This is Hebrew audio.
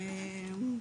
34.)